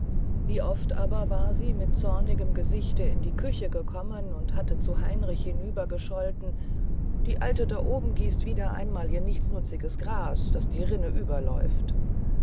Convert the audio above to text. wie oft aber war sie mit zornigem gesichte in die küche gekommen und hatte zu heinrich hinübergescholten die alte da oben gießt wieder einmal ihr nichtsnutziges gras daß die rinnen überlaufen